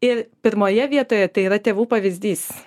ir pirmoje vietoje tai yra tėvų pavyzdys